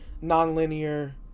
non-linear